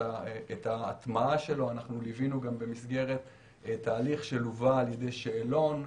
את ההטמעה שלו אנחנו לוונו גם במסגרת תהליך שלווה על ידי שאלון.